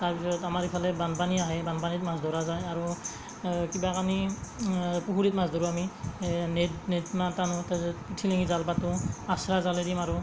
তাৰপাছত আমাৰ সিফালে বানপানী আহে বানপানীত মাছ ধৰা যায় আৰু কিবা কানি পুখুৰীত মাছ ধৰো আমি নেট নেট টানো তাৰপাছত জাল পাতো আছৰা জালেদি মাৰোঁ